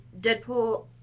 Deadpool